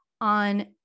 on